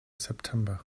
september